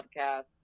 podcast